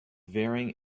varying